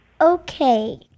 Okay